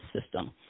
system